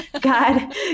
God